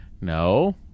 No